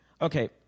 Okay